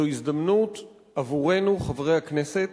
זו הזדמנות עבורנו, חברי הכנסת,